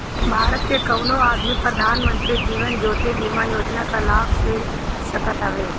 भारत के कवनो आदमी प्रधानमंत्री जीवन ज्योति बीमा योजना कअ लाभ ले सकत हवे